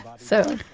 so?